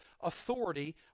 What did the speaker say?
authority